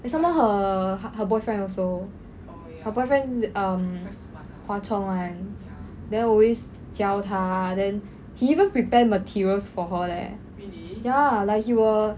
and somemore her her boyfriend also her boyfriend erm hua chong [one] then always 教她 then he even prepare materials for her leh ya like he will